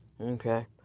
okay